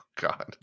God